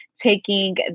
taking